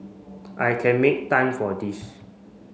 I can make time for this